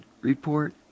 report